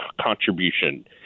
contribution